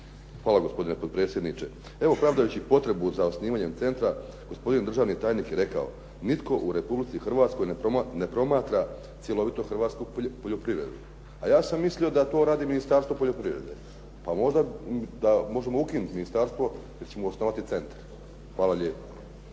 Hvala, gospodine potpredsjedniče. Evo, pravdajući potrebu za osnivanjem centra gospodin državni tajnik je rekao: "Nitko u Republici Hrvatskoj ne promatra cjelovito hrvatsku poljoprivredu.". A ja sam mislio da to radi Ministarstvo poljoprivrede. Pa možda možemo ukinuti ministarstvo jer ćemo osnovati centar. Hvala lijepa.